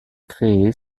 créé